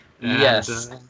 Yes